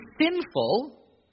sinful